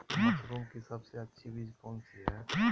Mushroom की सबसे अच्छी बीज कौन सी है?